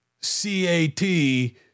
C-A-T